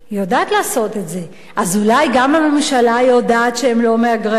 אז אולי גם הממשלה יודעת שהם לא מהגרי עבודה?